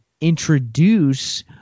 introduce